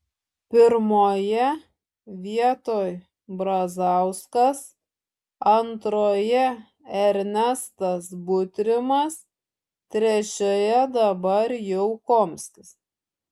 pirmoje vietoj brazauskas antroje ernestas butrimas trečioje dabar jau komskis